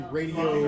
radio